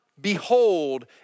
behold